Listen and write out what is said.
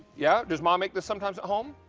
yeah does mom make this sometimes at home.